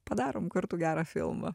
padarom kartu gerą filmą